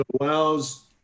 allows